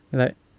like